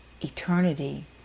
eternity